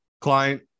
Client